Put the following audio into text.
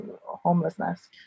homelessness